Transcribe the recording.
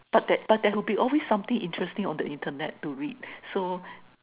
but there but there who will be always something interesting on the internet to read so